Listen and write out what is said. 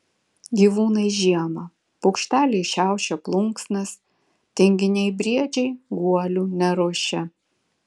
gyvūnai žiemą paukšteliai šiaušia plunksnas tinginiai briedžiai guolių neruošia